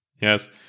yes